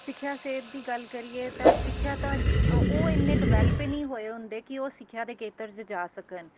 ਸਿੱਖਿਆ ਸਿਹਤ ਦੀ ਗੱਲ ਕਰੀਏ ਤਾਂ ਸਿੱਖਿਆ ਤਾਂ ਉਹ ਇੰਨੇ ਡਿਵੈਲਪ ਨਹੀਂ ਹੋਏ ਹੁੰਦੇ ਕਿ ਉਹ ਸਿੱਖਿਆ ਦੇ ਖੇਤਰ 'ਚ ਜਾ ਸਕਨ